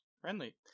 Friendly